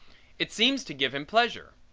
it seems to give him pleasure.